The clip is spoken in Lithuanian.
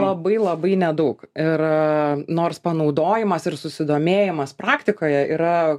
labai labai nedaug ir nors panaudojimas ir susidomėjimas praktikoje yra